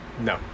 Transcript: No